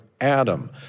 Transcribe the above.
Adam